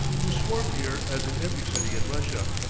who swarm here as in every city in russia.